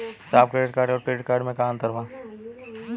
साहब debit card और credit card में का अंतर बा?